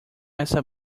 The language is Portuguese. essa